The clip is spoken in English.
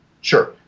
Sure